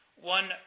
one